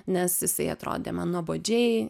nes jisai atrodė man nuobodžiai